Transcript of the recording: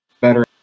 better